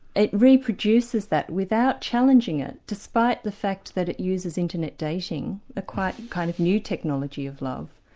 it reproduces that without challenging it, despite the fact that it uses internet dating, a quite kind of new technology of love,